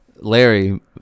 Larry